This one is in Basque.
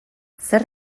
zer